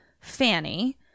Fanny